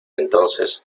entonces